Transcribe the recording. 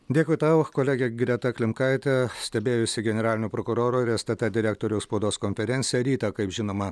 dėkui tau kolege greta klimkaitė stebėjusi generalinio prokuroro ir stt direktoriaus spaudos konferenciją rytą kaip žinoma